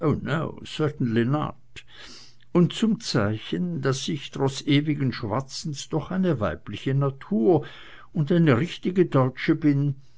und zum zeichen daß ich trotz ewigen schwatzens doch eine weibliche natur und eine richtige deutsche bin